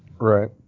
right